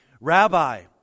Rabbi